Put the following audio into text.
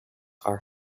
are